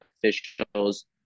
officials